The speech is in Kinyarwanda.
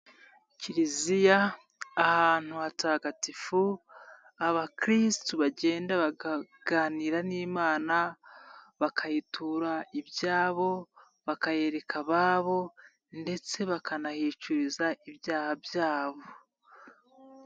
Kiliziya ahantu hatagatifu abakristu bagenda bakaganira n'Imana, bakayitura ibyabo, bakayereka ababo ndetse bakanahicuriza ibyaha byabo.